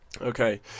okay